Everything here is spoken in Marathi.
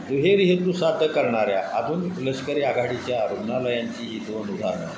दुहेरी हेतू साध्य करणाऱ्या आधुनिक लष्करी आघाडीच्या रुग्णालयांची ही दोन उदाहरण